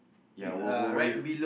ya where you